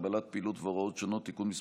הגבלת פעילות והוראות שונות) (תיקון מס'